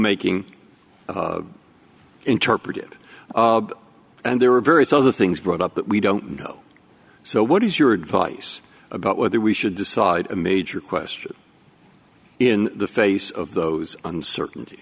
making interpretive and there are various other things brought up that we don't know so what is your advice about whether we should decide a major question in the face of those uncertaint